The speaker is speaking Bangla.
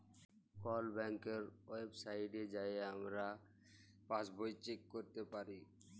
কল ব্যাংকের ওয়েবসাইটে যাঁয়ে আমরা পাসবই চ্যাক ক্যইরতে পারি